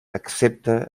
excepte